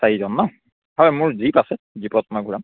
চাৰিজন ন হয় মোৰ জীপ আছে জীপত মই ঘূৰাম